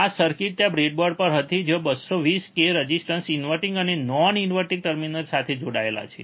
આ સર્કિટ ત્યાં બ્રેડબોર્ડ પર હતી જ્યાં તમે 220 કે રેઝિસ્ટર્સને ઇન્વર્ટીંગ અને નોન ઇન્વર્ટીંગ ટર્મિનલ સાથે જોડાયેલા જોયા છે